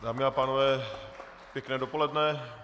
Dámy a pánové, pěkné dopoledne.